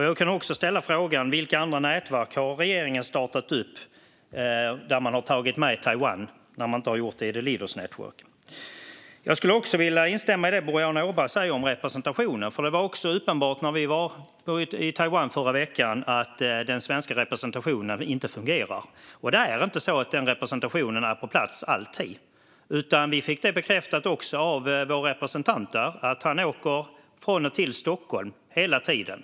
Jag kan också ställa frågan: Vilka andra nätverk har regeringen startat upp där man har tagit med Taiwan, när man inte har gjort det i the Leaders Network? Jag vill också instämma i det som Boriana Åberg sa om representationen. När vi var i Taiwan förra veckan var det uppenbart att den svenska representationen inte fungerar. Det är inte så att den representationen alltid är på plats. Vi fick bekräftat av vår representant där att han åker från och till Stockholm hela tiden.